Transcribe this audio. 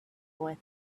boy